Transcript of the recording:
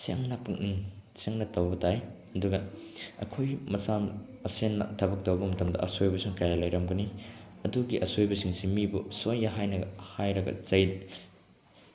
ꯁꯦꯡꯅ ꯄꯨꯛꯅꯤꯡ ꯆꯪꯅ ꯇꯧꯕ ꯇꯥꯏ ꯑꯗꯨꯒ ꯑꯩꯈꯣꯏ ꯃꯆꯥ ꯃꯁꯦꯟꯅ ꯊꯕꯛ ꯇꯧꯕ ꯃꯇꯝꯗ ꯑꯁꯣꯏꯕꯁꯨ ꯀꯌꯥ ꯂꯩꯔꯝꯒꯅꯤ ꯑꯗꯨꯒꯤ ꯑꯁꯣꯏꯕꯁꯤꯡꯁꯦ ꯃꯤꯕꯨ ꯁꯣꯌꯦ ꯍꯥꯏꯅ ꯍꯥꯏꯔꯒ ꯆꯩ